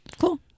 Cool